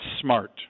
smart